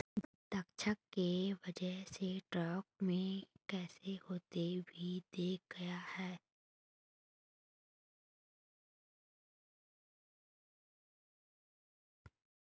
दक्षता की वजह से स्टॉक में क्रैश होते भी देखा गया है